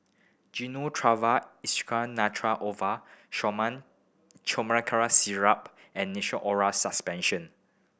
Gyno Travogen Isoconazole Nitrate Ovule Chlormine Chlorpheniramine Syrup and Nystatin Oral Suspension